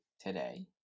today